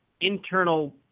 internal